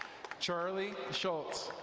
charlie schultz.